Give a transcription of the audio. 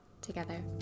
together